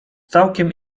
całkiem